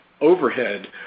overhead